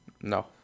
No